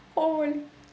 holy